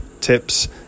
tips